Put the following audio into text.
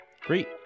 Great